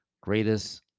greatest